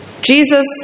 Jesus